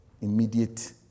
immediate